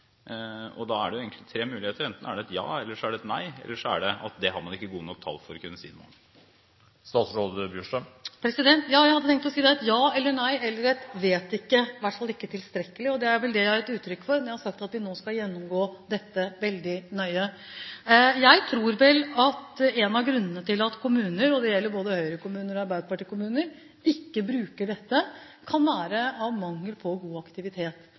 dag? Da er det egentlig tre muligheter: Enten er det et ja, eller så er det et nei, eller så har man ikke gode nok tall for å kunne si noe om det. Jeg hadde tenkt å si at det er et ja, et nei eller et «vet ikke» – i hvert fall «ikke tilstrekkelig», og det er vel det jeg har gitt uttrykk for når jeg har sagt at vi nå skal gjennomgå dette veldig nøye. Jeg tror vel at en av grunnene til at kommuner – og det gjelder både Høyre-kommuner og arbeiderpartikommuner – ikke bruker dette, kan være mangel på god aktivitet.